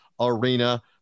Arena